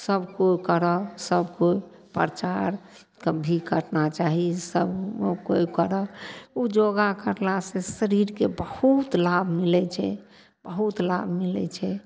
सब कोइ करऽ सब कोइ प्रचार भी करना चाही सब कोइ करऽ उ योगा करलासँ शरीरके बहुत लाभ मिलय छै बहुत लाभ मिलय छै